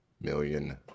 million